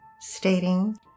stating